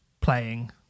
playing